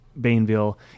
Bainville